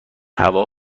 هوا